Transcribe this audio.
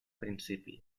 principi